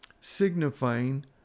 signifying